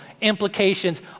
implications